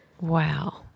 Wow